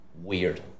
weird